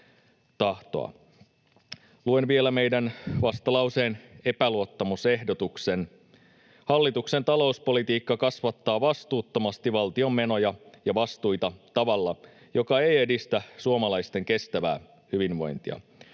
Luen vielä meidän vastalauseemme epäluottamusehdotuksen: ”Hallituksen talouspolitiikka kasvattaa vastuuttomasti valtion menoja ja vastuita tavalla, joka ei edistä suomalaisten kestävää hyvinvointia.